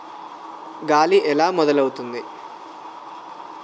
గాలి ఎలా మొదలవుతుంది?